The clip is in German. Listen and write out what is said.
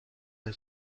der